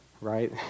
right